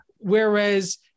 Whereas